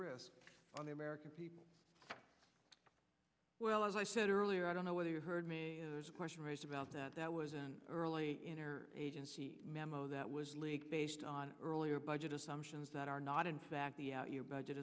risk on the american people well as i said earlier i don't know whether you heard me question raised about that that was an early inner agency memo that was leaked based on earlier budget assumptions that are not in fact the out your budget